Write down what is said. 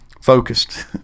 focused